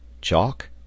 chalk